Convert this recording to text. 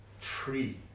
tree